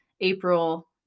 April